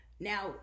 Now